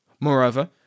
Moreover